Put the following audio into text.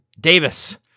Davis